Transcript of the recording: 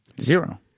Zero